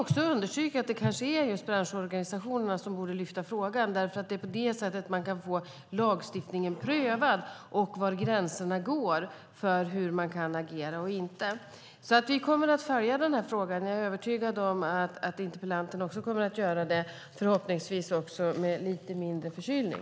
Det understryker att det kanske är just branschorganisationerna som borde lyfta upp frågan, för det är på det sättet man kan få lagstiftningen prövad och se var gränserna går för hur man kan agera. Vi kommer att följa frågan, och jag är övertygad om att interpellanten också kommer att göra det, förhoppningsvis med lite mindre förkylning.